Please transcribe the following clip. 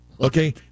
Okay